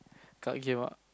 card game ah